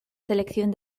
selección